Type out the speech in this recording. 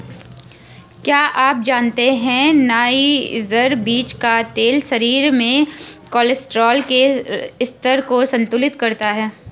क्या आप जानते है नाइजर बीज का तेल शरीर में कोलेस्ट्रॉल के स्तर को संतुलित करता है?